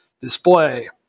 display